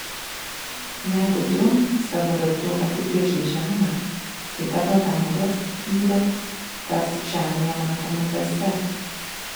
jeigu tu savo ratu apibrėžei žemę tai tavo veidas vyre taps žemėje matoma dvasia